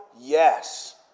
Yes